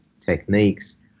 techniques